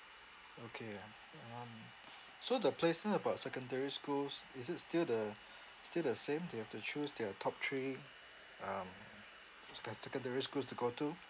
okay ah um so the placer about secondary schools is it still the still the same they have to choose their top three um secondary schools to go to